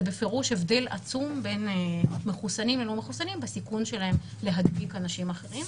בפירוש הבדל עצום בין מחוסנים ללא מחוסנים בסיכון שלהם להדביק אנשים אחרים.